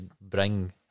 bring